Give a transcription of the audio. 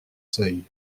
seuils